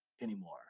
anymore